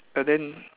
but then